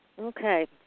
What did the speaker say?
Okay